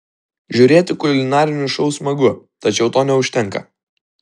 žiūrėti kulinarinius šou smagu tačiau to neužtenka